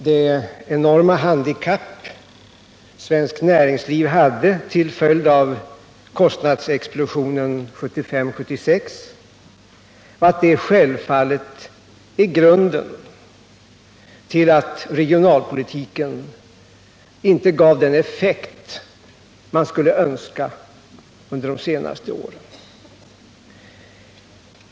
Det enorma handikapp svenskt näringsliv hade till följd av kostnadsexplosionen 1975-1976 är självfallet grunden till att regionalpolitiken under det senaste året inte gav den effekt man skulle önskat.